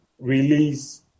release